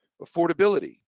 affordability